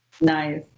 Nice